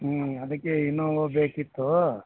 ಹ್ಞೂ ಅದಕ್ಕೆ ಇನ್ನೋವಾ ಬೇಕಿತ್ತು